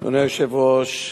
אדוני היושב-ראש,